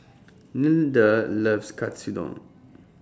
Nilda loves Katsudon